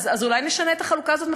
אז אולי נשנה את החלוקה הזאת,